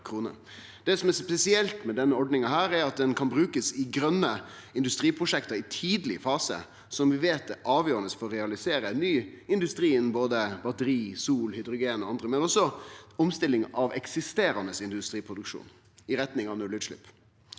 Det som er spesielt med denne ordninga, er at ho kan brukast i grøne industriprosjekt i tidleg fase, som vi veit er avgjerande for å realisere ny industri, både batteri, sol, hydrogen og andre, men også omstilling av eksisterande industriproduksjon i retning av nullutslepp.